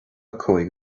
cúig